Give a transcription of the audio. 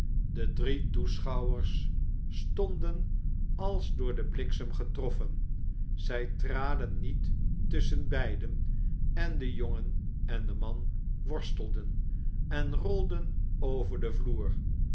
de drie toeschouwers stonden als door den bliksem getroffen zij traden niet tusschen beiden en de jongen en de man worstelden en rolden over den vloer